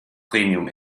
premium